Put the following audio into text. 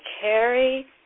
carry